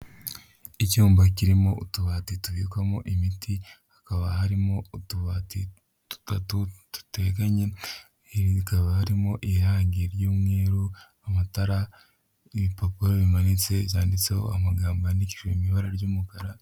Icyumba kirimo utubati tubikwamo imiti hakaba harimo utubati dutatu duteganye, ibi bikaba harimo irangi ry'umweru, amatara n'ibipapuro bimanitse zanditseho amagambo yandikijwe mu ibara ry'umukara.